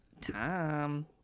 time